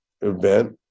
event